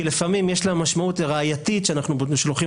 כי לפעמים יש לה משמעות ראייתית ואנחנו שולחים